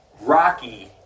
Rocky